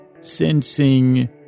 sensing